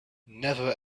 never